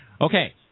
Okay